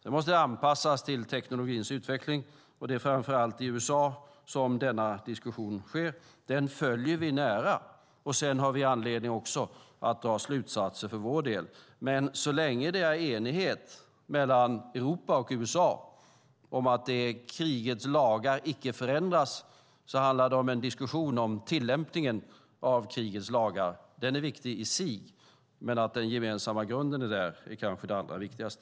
Det måste anpassas till teknikens utveckling, och det är framför allt i USA som denna diskussion sker. Den följer vi nära, och vi har även anledning att dra slutsatser för vår del. Men så länge det är enighet mellan Europa och USA om att det är krigets lagar som gäller och detta icke förändras handlar det om en diskussion om tillämpningen av krigets lagar. Den är viktig i sig, men att den gemensamma grunden är där är kanske det allra viktigaste.